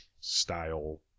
style